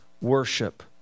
worship